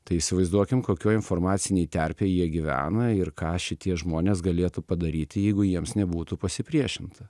tai įsivaizduokim kokioj informacinėj terpėj jie gyvena ir ką šitie žmonės galėtų padaryti jeigu jiems nebūtų pasipriešinta